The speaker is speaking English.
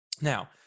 now